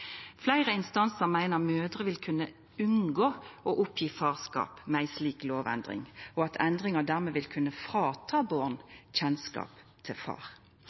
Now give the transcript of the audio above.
meiner mødrer vil kunne unngå å oppgje farskap med ei slik lovendring, og at endringa dermed vil kunne ta frå barn kjennskap til far.